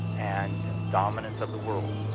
and dominance of the world.